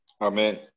Amen